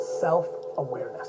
Self-awareness